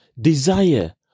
desire